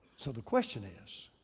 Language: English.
so the question is,